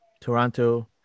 Toronto